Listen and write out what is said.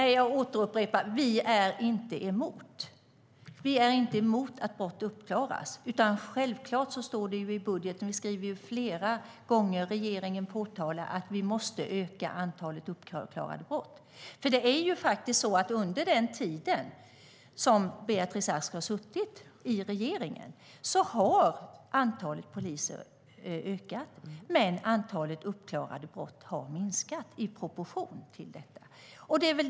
Jag upprepar: Vi är inte emot att brott uppklaras. I budgeten påpekar regeringen flera gånger att vi måste öka antalet uppklarade brott. Under den tid som Beatrice Ask satt i regeringen har antalet poliser ökat, men antalet uppklarade brott har minskat i proportion till detta.